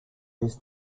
his